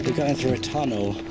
but going through a tunnel.